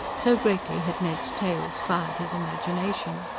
so greatly had ned's tales fired his imagination.